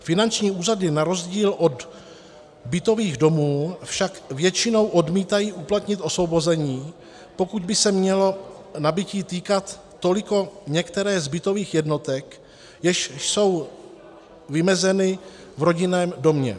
Finanční úřady na rozdíl od bytových domů však většinou odmítají uplatnit osvobození, pokud by se mělo nabytí týkat toliko některé z bytových jednotek, jež jsou vymezeny v rodinném domě.